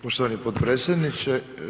Poštovani podpredsjedniče.